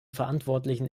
verantwortlichen